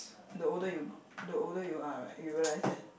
the older you gr~ the older you are right you realise that